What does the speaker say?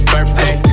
Birthday